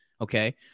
Okay